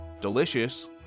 delicious